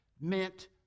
meant